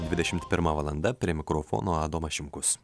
dvidešimt pirma valanda prie mikrofono adomas šimkus